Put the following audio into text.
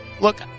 look